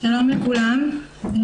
שלום לכולם,